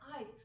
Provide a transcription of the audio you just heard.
eyes